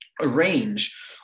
arrange